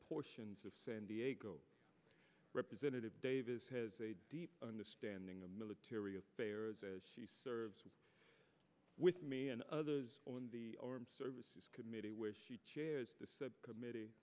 portions of san diego representative davis has a deep understanding of military affairs as she serves with me and others on the armed services committee where she chairs the subcommittee